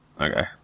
Okay